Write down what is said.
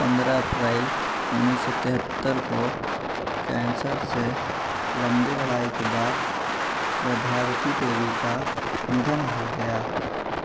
पंद्रह अप्रैल उन्नीस सौ तिहत्तर को कैंसर से लम्बी लड़ाई के बाद प्रभावती देवी का निधन हो गया